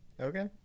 Okay